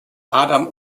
adam